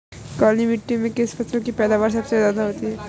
काली मिट्टी में किस फसल की पैदावार सबसे ज्यादा होगी?